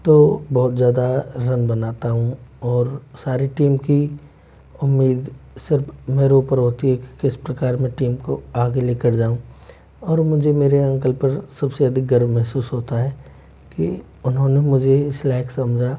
तो बहुत ज़्यादा रन बनाता हूँ और सारी टीम की उम्मीद सिर्फ़ मेरे ऊपर होती है कि किस प्रकार में टीम को आगे ले कर जाऊँ और मुझे मेरे अंकल पर सब से अधिक गर्व महसूस होता है कि उन्होंने मुझे इस लायक समझा